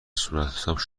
صورتحساب